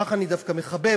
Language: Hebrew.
אותך אני דווקא מחבב,